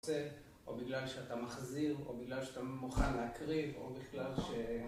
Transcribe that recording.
או בגלל שאתה מחזיר, או בגלל שאתה מוכן להקריב, או בגלל ש...